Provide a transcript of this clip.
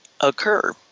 occur